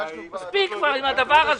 מספיק עם זה.